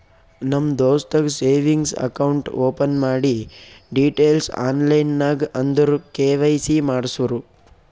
ನಮ್ ದೋಸ್ತಗ್ savings account open ಮಾಡಿ ಡೀಟೈಲ್ಸ್ ಆನ್ಲೈನ್ ನಾಗ್ ಅಂದುರ್ ಕೆ.ವೈ.ಸಿ ಮಾಡ್ಸುರು